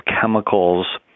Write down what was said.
chemicals